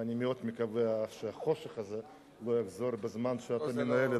ואני מאוד מקווה שהחושך הזה לא יחזור בזמן שאתה מנהל,